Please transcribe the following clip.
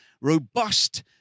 robust